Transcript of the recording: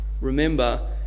remember